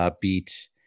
beat